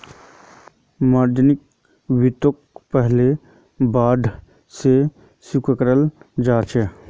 margin वित्तोक पहले bond सा स्विकाराल जाहा